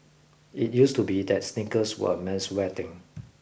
it used to be that sneakers were a menswear thing